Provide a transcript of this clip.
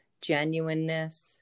genuineness